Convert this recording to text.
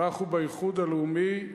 אנחנו, באיחוד הלאומי,